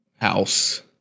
house